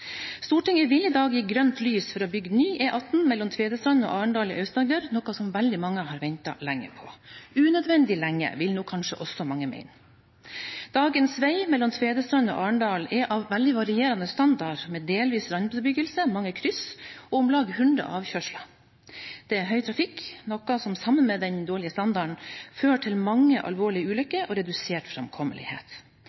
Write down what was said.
Stortinget vil i dag gi grønt lys for å bygge ny E18 mellom Tvedestrand og Arendal i Aust-Agder, noe veldig mange har ventet lenge på. Unødvendig lenge, vil nok kanskje også mange mene. Dagens vei mellom Tvedestrand og Arendal er av veldig varierende standard med delvis randbebyggelse, mange kryss og om lag 100 avkjørsler. Det er høy trafikk, noe som sammen med den dårlige standarden fører til mange alvorlige